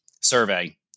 survey